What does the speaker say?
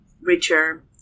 richer